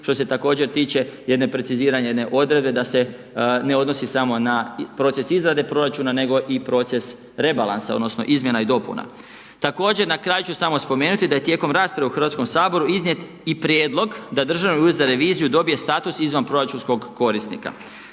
što se također tiče jedne precizirane odredbe, da se ne odnosi samo na proces izrade proračuna, nego i proces rebalansa, odnosno, izmjena i dopuna. Također, na kraju ću samo spomenuti, da je tijekom rasprava u Hrvatskom saboru, iznijet i prijedlog da Državni ured za reviziju dobije status izvanproračunskog korisnika.